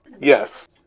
Yes